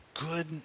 good